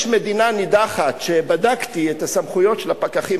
יש מדינה נידחת שבדקתי את הסמכויות של הפקחים